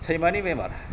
सैमानि बेमार